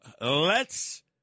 lets